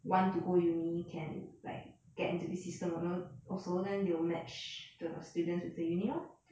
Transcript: want to go uni can like get into the system also then they will match students with the uni lor